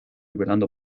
velando